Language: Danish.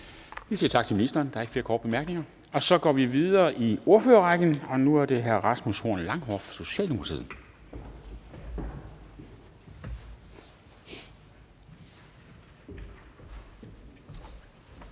Vi siger tak til ministeren. Der er ikke flere korte bemærkninger, og så går vi videre i ordførerrækken. Nu er det hr. Rasmus Horn Langhoff, Socialdemokratiet.